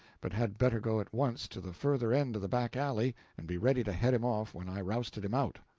but had better go at once to the further end of the back alley and be ready to head him off when i rousted him out.